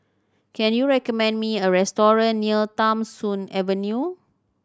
can you recommend me a restaurant near Tham Soong Avenue